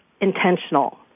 intentional